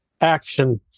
action